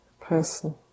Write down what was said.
person